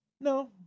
No